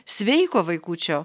sveiko vaikučio